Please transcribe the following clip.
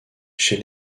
chez